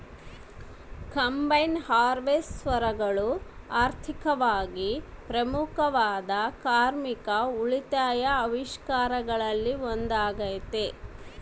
combine ಹಾರ್ವೆಸ್ಟರ್ಗಳು ಆರ್ಥಿಕವಾಗಿ ಪ್ರಮುಖವಾದ ಕಾರ್ಮಿಕ ಉಳಿತಾಯ ಆವಿಷ್ಕಾರಗಳಲ್ಲಿ ಒಂದಾಗತೆ